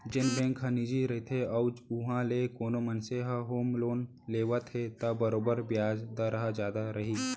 जेन बेंक ह निजी रइथे अउ उहॉं ले कोनो मनसे ह होम लोन लेवत हे त बरोबर बियाज दर ह जादा रही